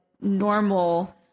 normal